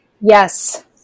Yes